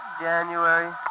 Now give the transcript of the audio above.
January